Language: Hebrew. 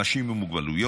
אנשים עם מוגבלויות,